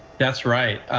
that's right.